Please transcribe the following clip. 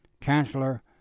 chancellor